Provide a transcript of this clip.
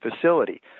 facility